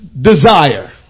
desire